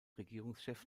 regierungschef